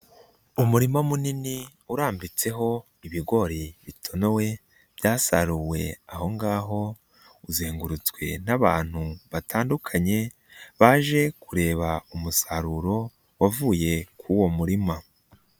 Umurima munini urambitseho ibigori bitonowe byasaruwe aho ngaho, uzengurutswe n'abantu batandukanye, baje kureba umusaruro wavuye k'uwo murima.